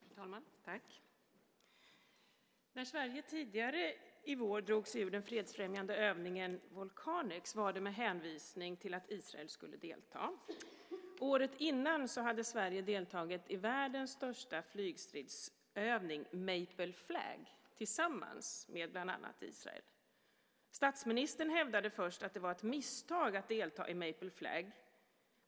Fru talman! När Sverige tidigare i vår drog sig ur den fredsfrämjande övningen Volcanex var det med hänvisning till att Israel skulle delta. Året innan hade Sverige deltagit i världens största flygstridsövning Maple Flag tillsammans med bland annat Israel. Statsministern hävdade först att det var ett misstag att delta i Maple Flag.